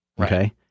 Okay